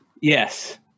Yes